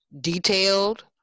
detailed